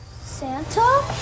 santa